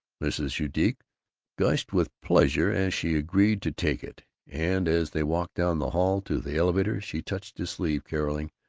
mrs. judique gushed with pleasure as she agreed to take it, and as they walked down the hall to the elevator she touched his sleeve, caroling,